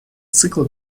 цикла